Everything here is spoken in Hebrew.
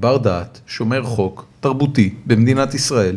בר דעת, שומר חוק, תרבותי, במדינת ישראל,